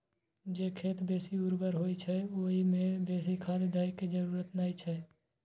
जे खेत बेसी उर्वर होइ छै, ओइ मे बेसी खाद दै के जरूरत नै छै